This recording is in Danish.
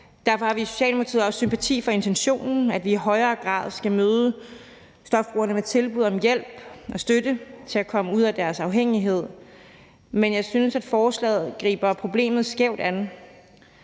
Derfor har vi i Socialdemokratiet også sympati for intentionen om, at vi i højere grad skal møde stofmisbrugerne med tilbud om hjælp og støtte til at komme ud af deres afhængighed, men jeg synes, at forslaget griber problemet skævt an.